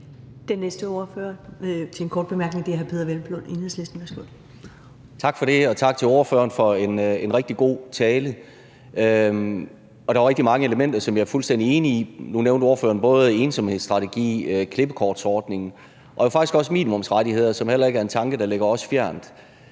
Den næste ordfører for en kort bemærkning er hr. Peder Hvelplund, Enhedslisten. Værsgo. Kl. 11:09 Peder Hvelplund (EL): Tak for det, og tak til ordføreren for en rigtig god tale. Der var rigtig mange elementer, som jeg er fuldstændig enig i. Nu nævnte ordføreren både ensomhedsstrategi og klippekortsordning og faktisk også minimumsrettigheder, som heller ikke er en tanke, der ligger os fjernt.